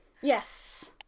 Yes